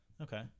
Okay